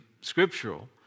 scriptural